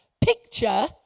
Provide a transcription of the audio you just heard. picture